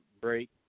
break